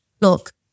look